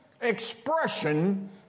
expression